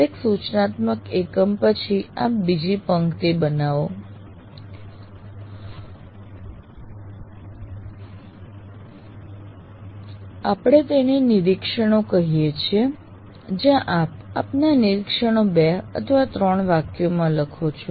દરેક સૂચનાત્મક એકમ પછી આપ બીજી પંક્તિ બનાવો આપણે તેને નિરીક્ષણો કહીએ છીએ જ્યાં આપ આપના નિરીક્ષણો 2 અથવા 3 વાક્યોમાં લખો છો